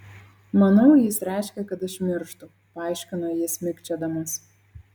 manau jis reiškia kad aš mirštu paaiškino jis mikčiodamas